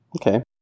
Okay